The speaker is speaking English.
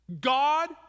God